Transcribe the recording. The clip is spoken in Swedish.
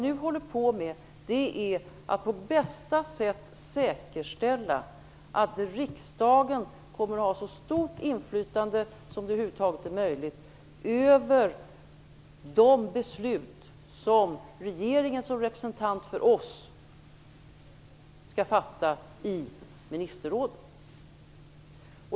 Nu håller vi på att på bästa sätt säkerställa att riksdagen kommer att ha så stort inflytande som det över huvud taget är möjligt över de beslut som regeringen som representant för oss skall fatta i ministerrådet.